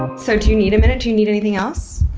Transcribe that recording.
ah so, do you need a minute? do you need anything else?